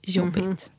jobbigt